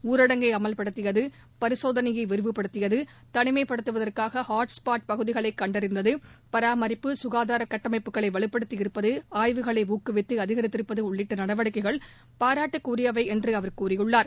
ஊரடங்கை அமல்படுத்தியது பரிசோதனையை விரிவுபடுத்தியது தனிமைப்படுத்துவதற்காக ஹாட்ஸ் பாட் பகுதிகளை கண்டறிந்தது பராமரிப்பு சுகாதாரக்கட்டமைப்புகளைவலுப்படுத்திஇருப்பது ஆய்வுகளைஊக்குவித்துஅதிகரித்திருப்பதுஉள்ளிட்ட நடவடிக்கைகள் பாராட்டுக்கு உரியவை என்று அவர் கூறியுள்ளார்